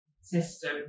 system